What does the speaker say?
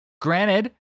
Granted